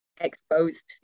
exposed